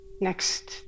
next